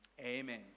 amen